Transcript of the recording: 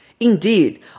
Indeed